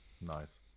Nice